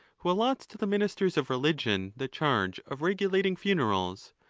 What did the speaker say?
who allots to the ministers of religion the charge of regulating funerals,